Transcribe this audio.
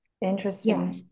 Interesting